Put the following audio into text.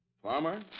Farmer